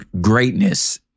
greatness